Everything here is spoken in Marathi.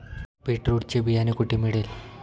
बीटरुट चे बियाणे कोठे मिळेल?